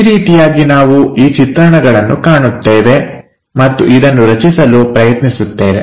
ಈ ರೀತಿಯಾಗಿ ನಾವು ಈ ಚಿತ್ರಣಗಳನ್ನು ಕಾಣುತ್ತೇವೆ ಮತ್ತು ಇದನ್ನು ರಚಿಸಲು ಪ್ರಯತ್ನಿಸುತ್ತೇವೆ